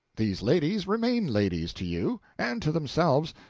these ladies remain ladies to you, and to themselves,